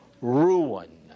ruin